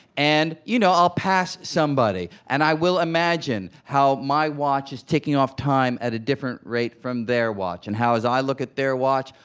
and you know i'll pass somebody. and i will imagine how my watch is ticking off time at a different rate from their watch, and how as i look at their watch,